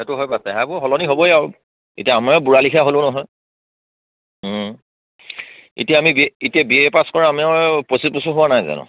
সেইটো হয় বাৰু চেহেৰাবোৰ সলনি হ'বই আৰু এতিয়া আমাৰে বুঢ়া লিখিয়া হ'লো নহয় এতিয়া আমি এতিয়া বি এ পাছ কৰা আমাৰো পঁচিছ বছৰ হোৱা নাই জানো